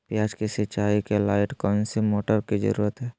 प्याज की सिंचाई के लाइट कौन सी मोटर की जरूरत है?